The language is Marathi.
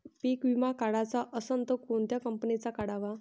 पीक विमा काढाचा असन त कोनत्या कंपनीचा काढाव?